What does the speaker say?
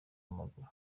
wamaguru